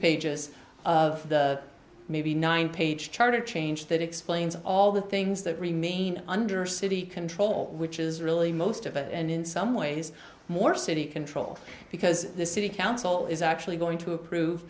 pages of the maybe nine page charter change that explains all the things that remain under city control which is really most of it and in some ways more city control because the city council is actually going to approve